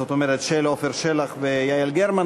כלומר של עפר שלח ויעל גרמן,